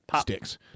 sticks